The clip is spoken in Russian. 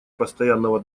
постоянного